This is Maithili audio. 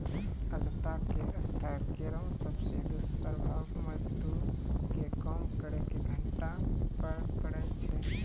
आर्द्रता के स्तर केरो सबसॅ दुस्प्रभाव मजदूर के काम करे के घंटा पर पड़ै छै